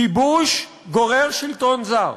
כיבוש גורר שלטון זר,